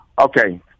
Okay